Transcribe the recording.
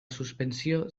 suspensió